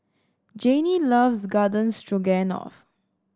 Janey loves Garden Stroganoff